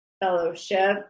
fellowship